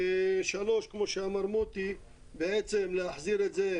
ב-(3), כמו שאמר מוטי אלקבץ, בעצם, להחזיר את זה.